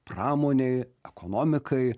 pramonei ekonomikai